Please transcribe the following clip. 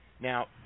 Now